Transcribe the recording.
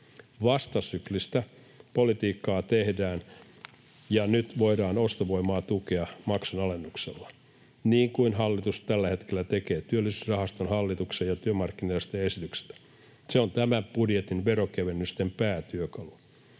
Vastasyklistä politiikkaa tehdään ja nyt voidaan ostovoimaa tukea maksun alennuksella, niin kuin hallitus tällä hetkellä tekee Työllisyysrahaston, hallituksen ja työmarkkinajärjestöjen esityksestä. Se on tämän budjetin veronkevennysten päätyökalu.